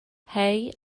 hei